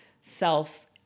self